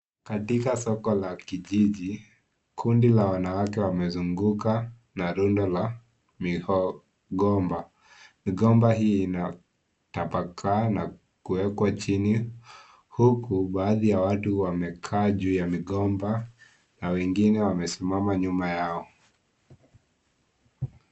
Katika soko la kijiji kundi la wanawake wamezunguka na rundo la migomba. Migomba hii inatabakaa na kuwekwa chini huku baadhi ya watu wamekaa juu ya migomba na wengine wamesimama nyuma yao .